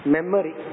Memory